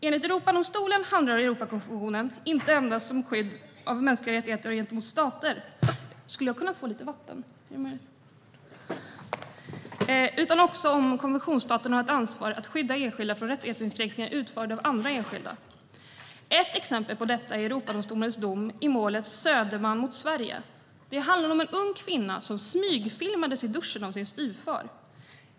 Enligt Europadomstolen handlar Europakonventionen inte enbart om skydd av mänskliga rättigheter gentemot stater, utan också om att konventionsstaterna har ett ansvar att skydda enskilda från rättighetskränkningar utförda av andra enskilda. Ett exempel på detta är Europadomstolens dom i målet Söderman mot Sverige. Det handlade om en ung kvinna som smygfilmades i duschen av sin styvfar.